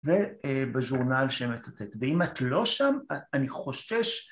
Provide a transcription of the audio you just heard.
ובז'ורנל שמצטט, ואם את לא שם אני חושש